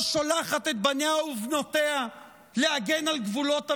שולחת את בניה ובנותיה להגן על גבולות המדינה,